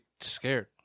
scared